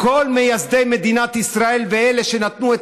כל מייסדי מדינת ישראל ואלה שנתנו את